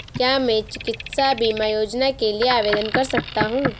क्या मैं चिकित्सा बीमा योजना के लिए आवेदन कर सकता हूँ?